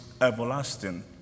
everlasting